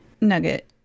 Nugget